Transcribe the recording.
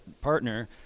partner